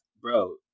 Bro